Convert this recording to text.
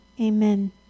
amen